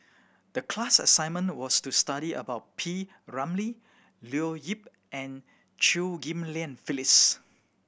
the class assignment was to study about P Ramlee Leo Yip and Chew Ghim Lian Phyllis